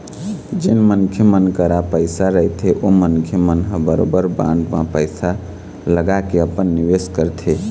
जेन मनखे मन करा पइसा रहिथे ओ मनखे मन ह बरोबर बांड म पइसा लगाके अपन निवेस करथे